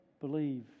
believe